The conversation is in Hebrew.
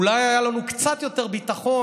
אולי היה לנו קצת יותר ביטחון